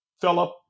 Philip